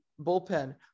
bullpen